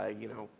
ah you know,